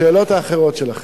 לשאלות האחרות שלכם: